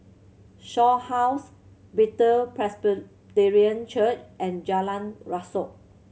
Shaw House Bethel Presbyterian Church and Jalan Rasok